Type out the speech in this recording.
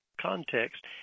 context